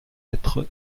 être